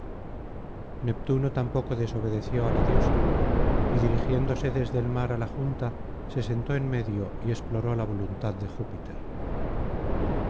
neptuno tampoco desobedeció á la diosa y dirigiéndose desde el mar á la junta se sentó en medio y exploró la voluntad de júpiter